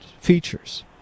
features